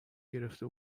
گرفته